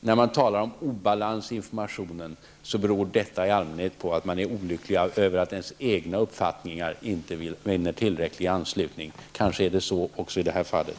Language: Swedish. När man talar om obalans i informationen beror detta i allmänhet på att man är olycklig över att ens egna uppfattningar inte vinner tillräcklig anslutning. Kanske är det så också i det här fallet.